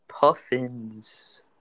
Puffins